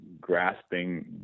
grasping